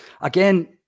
Again